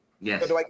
Yes